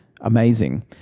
Amazing